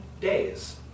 days